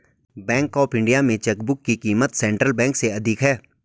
bank of India में chequebook की क़ीमत सेंट्रल बैंक से अधिक है